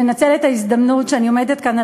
אני רוצה לנצל את ההזדמנות שאני עומדת כאן על